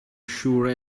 sure